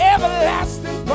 Everlasting